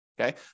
Okay